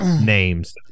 names